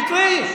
תקראי.